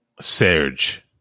Serge